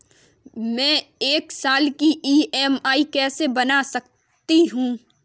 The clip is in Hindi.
मैं एक साल की ई.एम.आई कैसे बना सकती हूँ?